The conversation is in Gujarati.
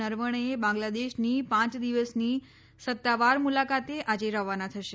નરવણે બાંગ્લાદેશની પાંચ દિવસની સત્તાવાર મુલાકાતે આજે રવાના થશે